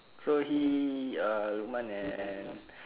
so he uh lukman and